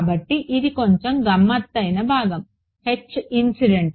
కాబట్టి ఇది కొంచెం గమ్మత్తైన భాగం H ఇన్సిడెంట్